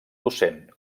docent